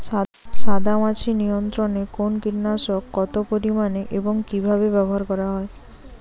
সাদামাছি নিয়ন্ত্রণে কোন কীটনাশক কত পরিমাণে এবং কীভাবে ব্যবহার করা হয়?